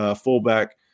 fullback